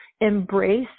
embrace